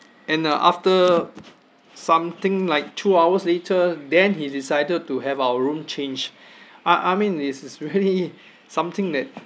and uh after something like two hours later then he decided to have our room changed I I mean it is really something that